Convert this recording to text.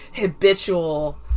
habitual